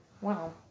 Wow